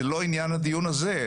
זה לא עניין הדיון הזה,